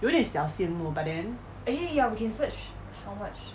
有点小羡慕 but then